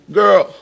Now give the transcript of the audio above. girl